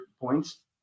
points